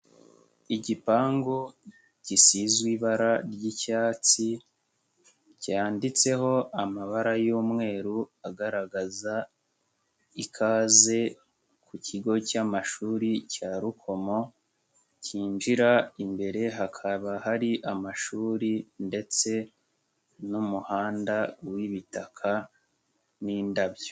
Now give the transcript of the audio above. Igipangu gisizwe ibara ry'icyatsi cyanditseho amabara y'umweru agaragaza ikaze ku kigo cy'amashuri cya Rukomo, cyinjira imbere hakaba hari amashuri ndetse n'umuhanda w'bitaka n'indabyo.